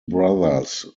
brothers